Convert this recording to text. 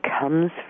comes